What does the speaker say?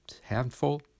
handful